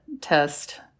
test